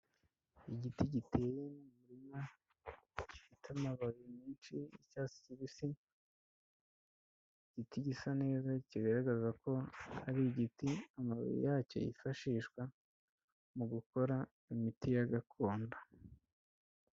Igiti giteye mu murima gifite amababi menshi y'icyatsi kibisi, ni igiti gisa neza kigaragaza ko ari igiti amababi yacyo yifashishwa mu gukora imiti ya gakondo.